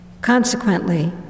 Consequently